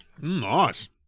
Nice